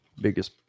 biggest